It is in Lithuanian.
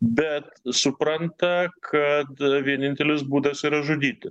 bet supranta kad vienintelis būdas yra žudyti